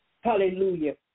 Hallelujah